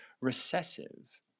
recessive